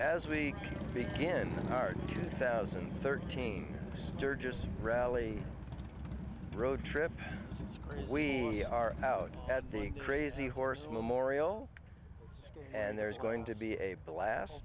as we begin our two thousand and thirteen sturgis rally road trip we are out at the crazy horse memorial and there's going to be a blast